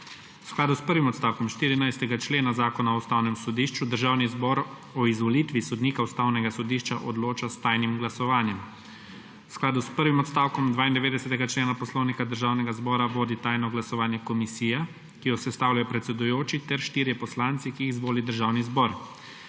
skladu s prvim odstavkom 14. člena Zakona o ustavnem sodišču Državni zbor o izvolitvi sodnika Ustavnega sodišča odloča s tajnim glasovanjem. V skladu s prvim odstavkom 92. člena Poslovnika Državnega zbora vodi tajno glasovanje komisija, ki jo sestavljajo predsedujoči ter štirje poslanci, ki jih izvoli Državni zbor.